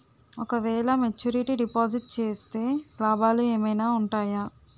ఓ క వేల maturity deposit చేస్తే లాభాలు ఏమైనా ఉంటాయా?